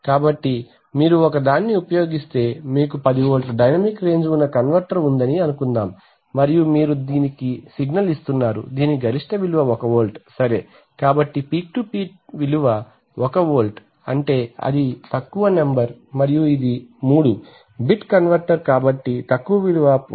కాబట్టి మీరు ఒకదాన్ని ఉపయోగిస్తే మీకు 10 వోల్ట్ల డైనమిక్ రేంజ్ ఉన్న కన్వర్టర్ ఉందని అనుకుందాం మరియు మీరు దీనికి సిగ్నల్ ఇస్తున్నారు దీని గరిష్ట విలువ 1 వోల్ట్ సరే కాబట్టి పీక్ టు పీక్ విలువ 1 వోల్ట్ అంటే అది అతి తక్కువ నెంబర్ మరియు ఇది 3 బిట్ కన్వర్టర్ కాబట్టి తక్కువ విలువ 1